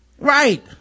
Right